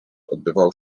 odbywało